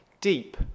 deep